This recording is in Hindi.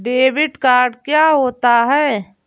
डेबिट कार्ड क्या होता है?